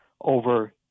over